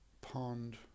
pond